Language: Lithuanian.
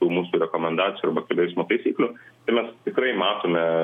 tų mūsų rekomendacijų arba eismo taisyklių tai mes tikrai matome